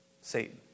Satan